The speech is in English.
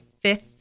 fifth